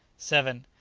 seven.